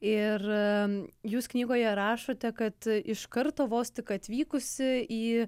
ir jūs knygoje rašote kad iš karto vos tik atvykusi į